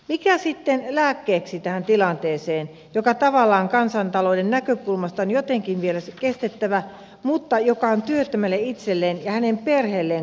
mikä sitten lääkkeeksi tähän tilanteeseen joka tavallaan kansantalouden näkökulmasta on jotenkin vielä kestettävä mutta joka on työttömälle itselleen ja hänen perheelleen kaikkein ikävintä